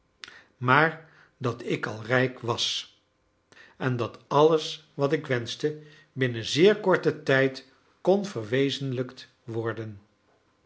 maar dat ik al rijk was en dat alles wat ik wenschte binnen zeer korten tijd kon verwezenlijkt worden